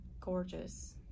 gorgeous